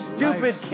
Stupid